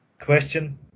question